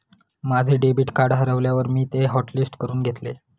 माझे debit card हरवल्यावर मी ते हॉटलिस्ट करून घेतले